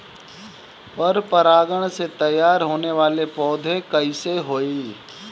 पर परागण से तेयार होने वले पौधे कइसे होएल?